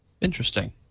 Interesting